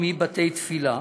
לבתי-תפילה.